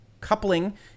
coupling